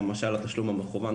למשל התשלום המכוון.